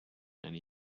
any